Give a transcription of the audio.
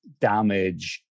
damage